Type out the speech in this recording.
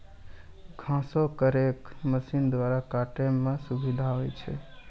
घासो क rake machine द्वारा काटै म सुविधा होय छै